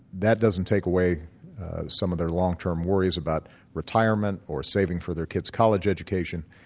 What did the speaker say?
that doesn't take away some of their long-term worries about retirement or saving for their kid's college education.